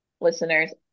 listeners